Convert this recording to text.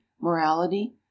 morality